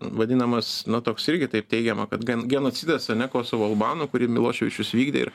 vadinamas na toks irgi taip teigiama kad gan genocidą ane kosovo albanų kurį miloševičius vykdė ir